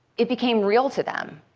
it became real to them.